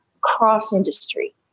cross-industry